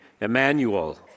Emmanuel